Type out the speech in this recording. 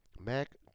Mac